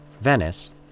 Venice